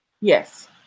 Yes